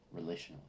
relationally